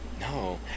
no